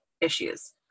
issues